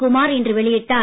குமார் இன்று வெளியிட்டார்